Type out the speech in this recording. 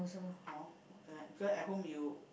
hor because at home you